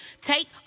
Take